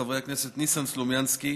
חברי הכנסת ניסן סלומינסקי,